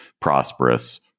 prosperous